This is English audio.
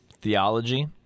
theology